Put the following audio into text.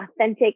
authentic